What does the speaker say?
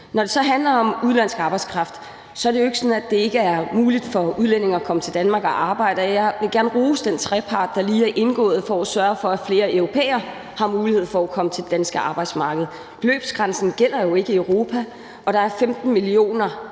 Når det så handler om udenlandsk arbejdskraft, er det jo ikke sådan, at det ikke er muligt for udlændinge at komme til Danmark og arbejde, og jeg vil gerne rose den trepartsaftale, der lige er indgået, for at sørge for, at flere europæere har mulighed for at komme ind på det danske arbejdsmarked. Beløbsgrænsen gælder jo ikke i Europa, og der er 15 millioner